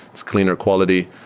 it's cleaner quality.